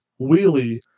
wheelie